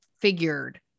figured